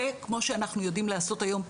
וכמו שאנחנו יודעים לעשות היום,